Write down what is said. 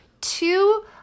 two